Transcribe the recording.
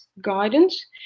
guidance